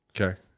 Okay